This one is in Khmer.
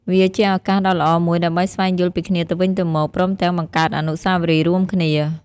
វាជាឱកាសដ៏ល្អមួយដើម្បីស្វែងយល់ពីគ្នាទៅវិញទៅមក ព្រមទាំងបង្កើតអនុស្សាវរីយ៍រួមគ្នា។